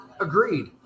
Agreed